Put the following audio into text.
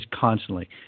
constantly